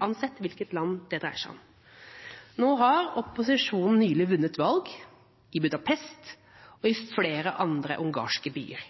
uansett hvilket land det dreier seg om. Nå har opposisjonen nylig vunnet valg i Budapest og i flere andre ungarske byer.